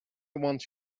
want